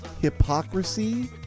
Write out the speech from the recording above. hypocrisy